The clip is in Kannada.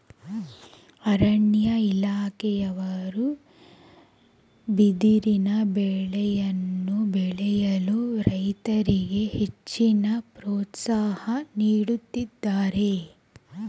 ಅರಣ್ಯ ಇಲಾಖೆಯವರು ಬಿದಿರಿನ ಬೆಳೆಯನ್ನು ಬೆಳೆಯಲು ರೈತರಿಗೆ ಹೆಚ್ಚಿನ ಪ್ರೋತ್ಸಾಹ ನೀಡುತ್ತಿದ್ದಾರೆ